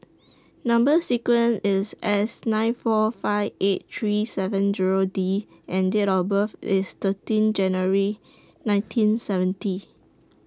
Number sequence IS S nine four five eight three seven Zero D and Date of birth IS thirteen January nineteen seventy